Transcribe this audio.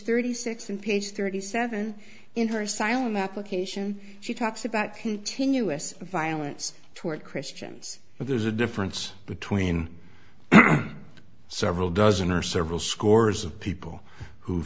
thirty six in page thirty seven in her asylum application she talks about continuous violence toward christians but there's a difference between several dozen or several scores of people who